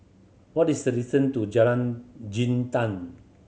what is the distance to Jalan Jintan